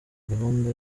gahunda